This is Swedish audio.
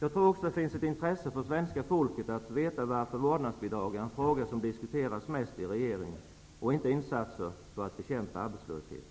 Jag tror också att det finns ett intresse från svenska folket att få veta varför vårdnadsbidrag är en fråga som diskuteras mest i regeringen och inte insatser för att bekämpa arbetslösheten.